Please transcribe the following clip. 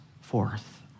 forth